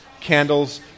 candles